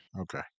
Okay